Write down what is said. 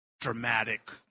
dramatic